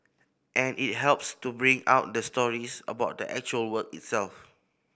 and it helps to bring out the stories about the actual work itself